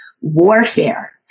warfare